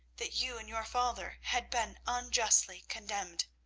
that you and your father had been unjustly condemned.